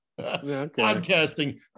Podcasting